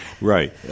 Right